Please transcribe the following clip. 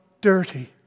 dirty